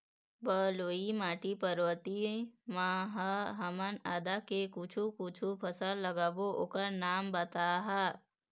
बलुई माटी पर्वतीय म ह हमन आदा के कुछू कछु फसल लगाबो ओकर नाम बताहा?